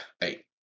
eight